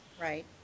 Right